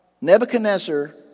Nebuchadnezzar